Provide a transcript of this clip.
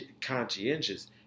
conscientious